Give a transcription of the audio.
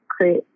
create